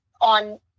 on